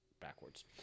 backwards